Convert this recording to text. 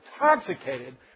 intoxicated